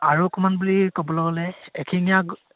আৰু অকণমান বুলি ক'বলৈ গ'লে এশিঙীয়া